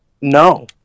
No